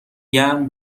گرم